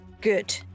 Good